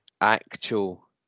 actual